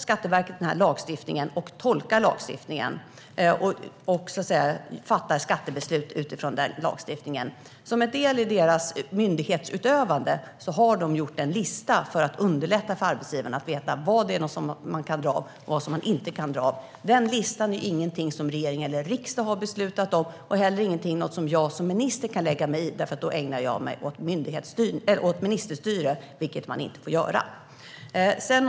Skatteverket tolkar sedan lagstiftningen och fattar skattebeslut utifrån den. Som en del i deras myndighetsutövande har de gjort en lista för att underlätta för arbetsgivarna att veta vad man kan dra av för eller inte. Den listan är ingenting som regering eller riksdag har beslutat om. Det är inte heller någonting som jag som minister kan lägga mig i. Då skulle jag nämligen ägna mig åt ministerstyre, vilket inte är tillåtet.